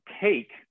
take